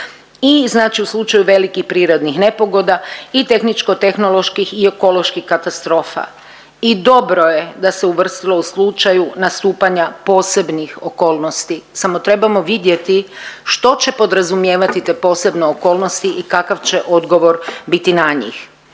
i znači u slučaju velikih prirodnih nepogoda i tehničko-tehnoloških i ekoloških katastrofa. I dobro je da se uvrstilo u slučaju nastupanja posebnih okolnosti, samo trebamo vidjeti što će podrazumijevati te posebne okolnosti i kakav će odgovor biti na njih.